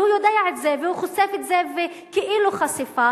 והוא יודע את זה והוא חושף את זה כאילו זו חשיפה,